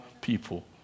people